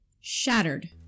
shattered